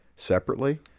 separately